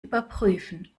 überprüfen